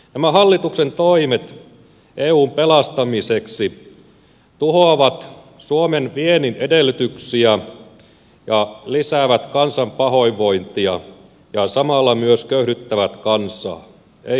nämä hallituksen toimet eun pelastamiseksi tuhoavat suomen viennin edellytyksiä ja lisäävät kansan pahoinvointia ja samalla myös köyhdyttävät kansaa